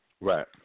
Right